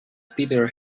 peter